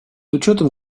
учетом